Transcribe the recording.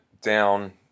down